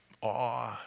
awe